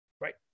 right